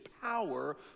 power